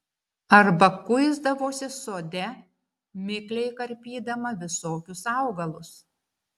arba kuisdavosi sode mikliai karpydama visokius augalus